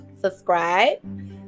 subscribe